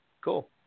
cool